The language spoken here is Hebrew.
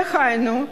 דהיינו,